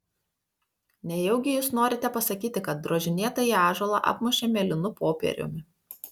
nejaugi jūs norite pasakyti kad drožinėtąjį ąžuolą apmušė mėlynu popieriumi